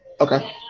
Okay